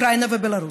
אוקראינה ובלארוס.